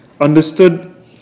understood